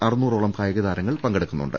അറുനൂറോളം കായികതാരങ്ങൾ പങ്കെടുക്കുന്നുണ്ട്